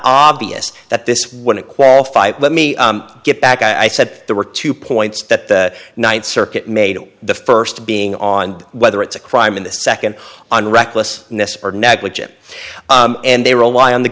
obvious that this when it qualified let me get back i said there were two points that the ninth circuit made the first being on whether it's a crime in the second on reckless or negligent and they rely on the